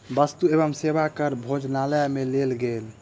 वस्तु एवं सेवा कर भोजनालय में लेल गेल